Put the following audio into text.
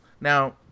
Now